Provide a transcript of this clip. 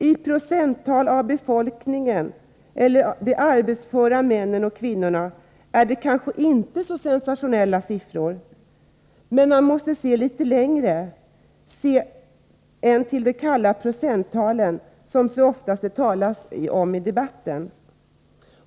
I procenttal av befolkningen eller de arbetsföra männen och kvinnorna är det kanske inte så sensationella siffror. Men man måste se litet längre än till de kalla procenttalen, som det så ofta talas om i debatten.